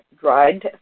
dried